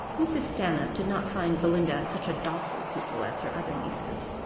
mrs. stanhope did not find belinda such a docile pupil as her other nieces,